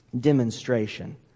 demonstration